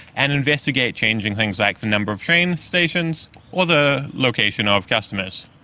and investigates changing things like the number of train stations or the location of customers.